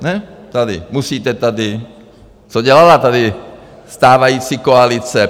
Ne tady, musíte tady, co dělala tady stávající koalice?